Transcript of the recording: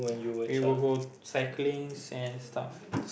we will go cyclings and stuff